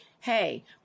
hey